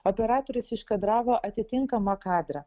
operatorius iškadravo atitinkamą kadrą